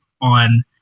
on